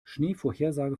schneevorhersage